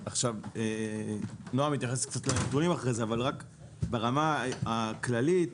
נועם יתייחס לנתונים אחרי זה אבל ברמה הכללית,